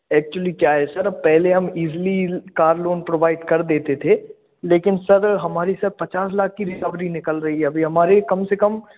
actually क्या है sir अब पहले हम ईज़ली कार लोन प्रोवाइड कर देते थे लेकिन सर हमारी सर पचास लाख की रिकवरी निकल रही है अभी हमारी कम से कम